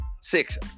six